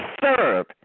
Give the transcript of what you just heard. serve